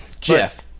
Jeff